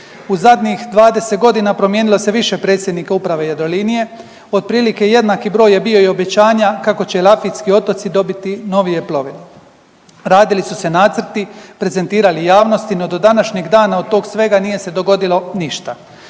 U zadnjih 20 godina promijenilo se više predsjednika Uprave Jadrolinije, otprilike jednaki broj je bio i obećanja kako će Elafidski otoci dobiti novije plovilo. Radili su se nacrti, prezentirali javnosti no do današnjeg dana od tog svega nije se dogodilo ništa.